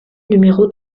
numéro